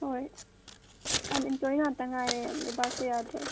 ꯍꯣꯏ ꯑꯟꯏꯝꯄ꯭ꯂꯣꯏ ꯉꯥꯛꯇ ꯉꯥꯏꯔꯦ ꯂꯩꯕꯥꯛꯁꯦ ꯌꯥꯗ꯭ꯔꯦ